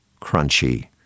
crunchy